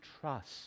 trust